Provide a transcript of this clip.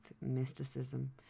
mysticism